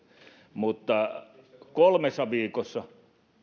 mutta kolmessa viikossa